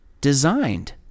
designed